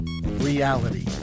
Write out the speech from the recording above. reality